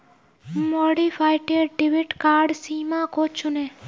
modified debit card सीमा को चुनें